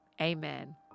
Amen